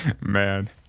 Man